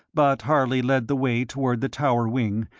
but harley led the way toward the tower wing,